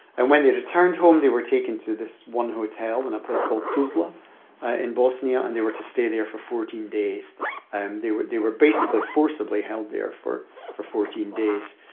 and when they returned home, they were taken to this one hotel in a place called tuzla in bosnia. and they were to stay there for fourteen. and they were they were basically forcibly held there for for fourteen days.